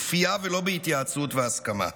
בכפייה ולא בהתייעצות והסכמה.